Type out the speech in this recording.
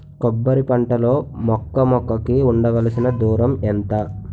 కొబ్బరి పంట లో మొక్క మొక్క కి ఉండవలసిన దూరం ఎంత